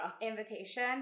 invitation